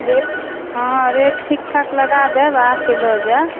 rate हँ rate ठीकठाक लगा देब आकऽ लऽ जाएब